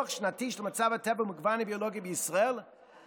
משרד הביטחון אז אמר לי: